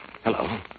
Hello